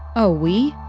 oh we?